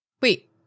Wait